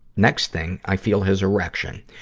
next thing, i feel his erection.